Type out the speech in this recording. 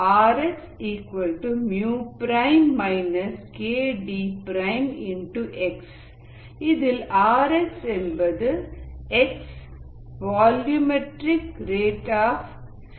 rx kdx இதில் rx என்பது x volume metric rate of cell growth